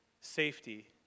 safety